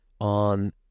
on